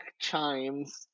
chimes